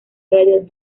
radio